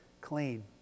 clean